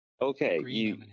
Okay